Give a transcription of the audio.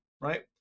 right